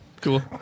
cool